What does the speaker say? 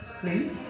Please